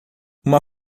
uma